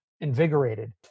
invigorated